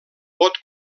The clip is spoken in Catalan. pot